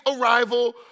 arrival